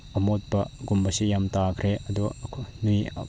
ꯑꯃꯣꯠꯄꯒꯨꯝꯕꯁꯦ ꯌꯥꯝ ꯇꯥꯈ꯭ꯔꯦ ꯑꯗꯣ